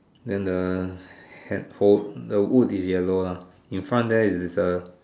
then the hole the wood is yellow lah in front there is a